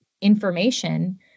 information